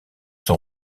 sont